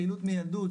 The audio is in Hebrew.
פעילות מיילדוּת,